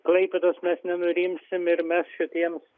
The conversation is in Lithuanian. klaipėdos mes nenurimsim ir mes šitiems